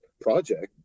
project